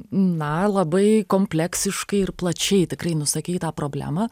na labai kompleksiškai ir plačiai tikrai nusakei tą problemą